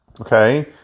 Okay